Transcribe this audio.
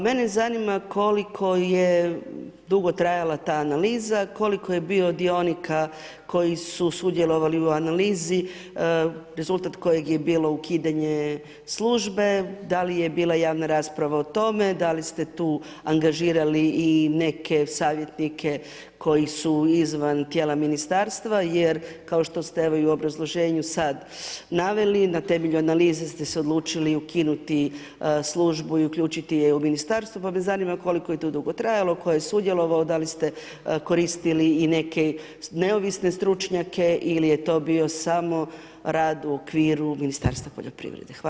Mene zanima koliko je dugo trajala ta analiza, koliko je bilo dionika koji su sudjelovali u analizi, rezultat kojeg je bilo ukidanje Službe, da li je bila javna rasprava o tome, da li ste tu angažirali i neke savjetnike koji su izvan tijela Ministarstva jer kao što ste, evo, i u obrazloženju sada naveli na temelju analize ste se odlučili ukinuti Službu i uključiti je u Ministarstvo, pa me zanima koliko je to dugo trajalo, tko je sudjelovao, da li ste koristili i neke neovisne stručnjake ili je to bio samo rad u okviru Ministarstva poljoprivrede.